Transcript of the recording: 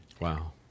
Wow